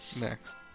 next